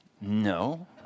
No